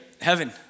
Heaven